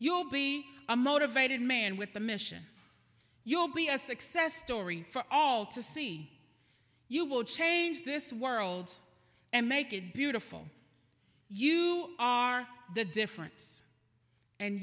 you'll be a motivated man with the mission you'll be a success story for all to see you will change this world and make it beautiful you are the difference and